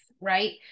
right